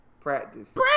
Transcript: practice